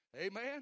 Amen